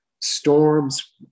storms